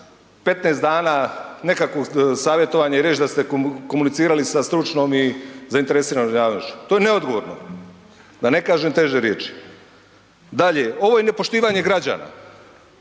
15 dana nekakvog savjetovanja i reći da ste komunicirali sa stručnom i zainteresiranom javnošću. To je neodgovorno, da ne kažem teže riječi. Dalje, ovo je nepoštivanje građana,